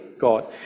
God